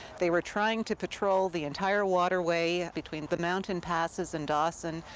they were trying to patrol the entire waterway, between the mountain passes and dawson,